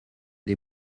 des